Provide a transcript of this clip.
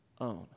own